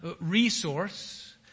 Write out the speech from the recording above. resource